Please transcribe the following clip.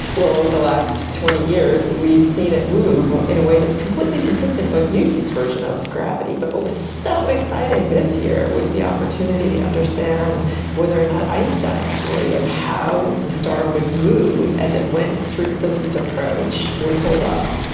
well, over the last twenty years we've seen it move in a way that's completely consistent with newton's version of gravity. but what was so exciting this year was the opportunity to understand whether or not einstein's theory of how the star would move as it went through closest approach would hold up.